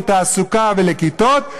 לתעסוקה ולכיתות,